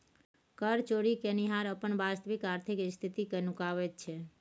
कर चोरि केनिहार अपन वास्तविक आर्थिक स्थिति कए नुकाबैत छै